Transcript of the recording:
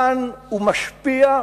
אלא מצבם הפוליטי איתן ומשפיע.